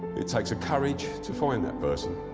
it takes a courage to find that person,